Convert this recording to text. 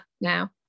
now